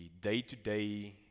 day-to-day